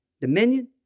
dominion